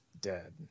dead